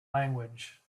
language